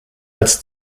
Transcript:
als